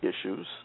issues